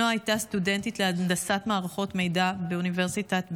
נועה הייתה סטודנטית להנדסת מערכות מידע באוניברסיטת בן-גוריון,